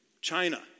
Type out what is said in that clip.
China